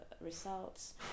results